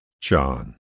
John